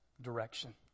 direction